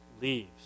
Leaves